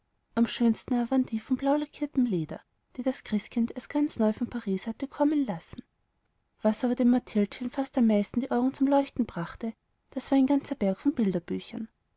am schönsten aber waren die von blaulackiertem leder die das christkind erst ganz neu von paris hatte kommen lassen was aber dem mathildchen fast am meisten in die augen leuchtete das war ein ganzer berg von bilderbüchern